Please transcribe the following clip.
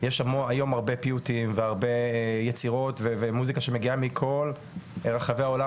יש היום הרבה פיוטים והרבה יצירות ומוסיקה שמגיעה מכל רחבי העולם